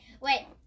wait